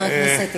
היית אמיתי.